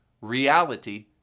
reality